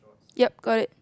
yup got it